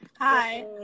hi